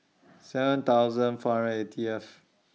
seven thousand four hundred and eightieth